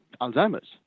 Alzheimer's